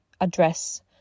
address